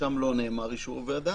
שם לא נאמר אישור הוועדה.